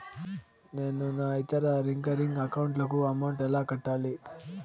నేను నా ఇతర రికరింగ్ అకౌంట్ లకు అమౌంట్ ఎలా కట్టాలి?